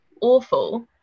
awful